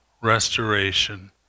restoration